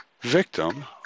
victim